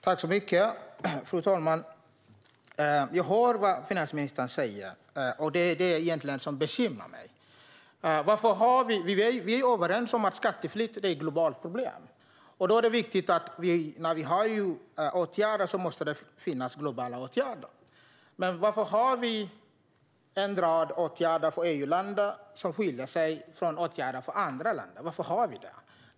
Fru talman! Jag hör vad finansministern säger, och det hon säger bekymrar mig. Vi är överens om att skatteflykt är ett globalt problem. Då är det viktigt att det finns globala åtgärder. Men varför har vi en rad åtgärder för EU-länder som skiljer sig från åtgärderna för andra länder? Varför har vi det så?